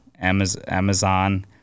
Amazon